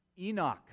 Enoch